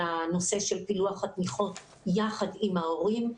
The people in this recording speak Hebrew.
הנושא של פילוח התמיכות יחד עם ההורים,